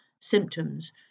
symptoms